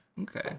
Okay